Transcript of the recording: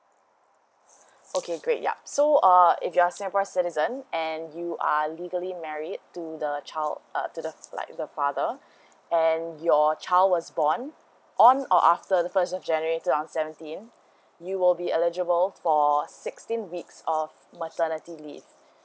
okay great yup so uh if you're singapore citizen and you are legally married to the child uh to the like to the father and your child was born on or after the first of january two thousand seventeen you will be eligible for sixteen weeks of maternity leave